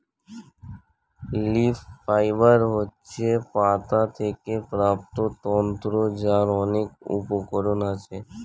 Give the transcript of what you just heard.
leaf fibre হচ্ছে পাতা থেকে প্রাপ্ত তন্তু যার অনেক উপকরণ আছে